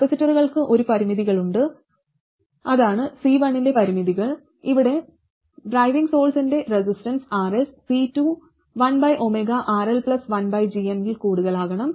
കപ്പാസിറ്ററുകൾക്ക് ഈ പരിമിതികളുണ്ട് അതാണ് C1 ന്റെ പരിമിതികൾ ഇവിടെ ഡ്രൈവിംഗ് സോഴ്സിന്റെ റെസിസ്റ്റൻസ് Rs C2 1RL ൽ കൂടുതലാകണം